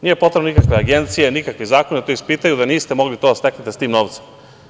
Nije potrebna nikakva agencija, nisu potrebni nikakvi zakoni da to ispitaju da niste mogli to da steknete sa tim novcem.